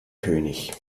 könig